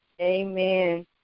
Amen